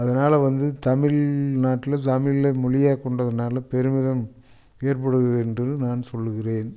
அதனால் வந்து தமிழ்நாட்டில் தமிழில் மொழியாக கொண்டதுனால பெருமிதம் ஏற்படுகின்றது என்று நான் சொல்லுகிறேன்